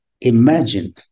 Imagine